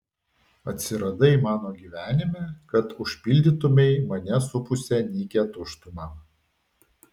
atsiradai mano gyvenime kad užpildytumei mane supusią nykią tuštumą